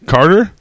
Carter